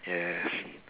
yes